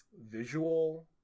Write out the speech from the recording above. visual